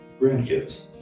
grandkids